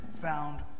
found